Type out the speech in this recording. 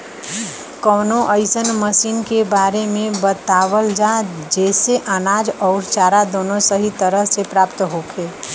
कवनो अइसन मशीन के बारे में बतावल जा जेसे अनाज अउर चारा दोनों सही तरह से प्राप्त होखे?